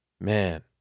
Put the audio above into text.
Man